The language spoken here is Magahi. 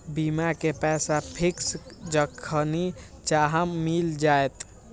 बीमा के पैसा फिक्स जखनि चाहम मिल जाएत?